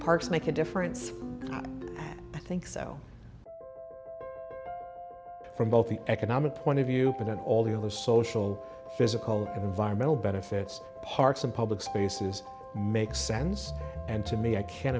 parks make a difference i think so from both the economic point of view that all the other social physical and environmental benefits parks and public spaces makes sense and to me i can't